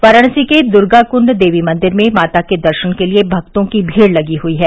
वाराणसी के दुर्गाकूण्ड देवी मंदिर में माता के दर्शन के लिए भक्तों की भीड़ लगी हुई है